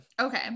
Okay